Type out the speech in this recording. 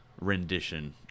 rendition